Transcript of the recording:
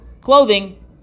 clothing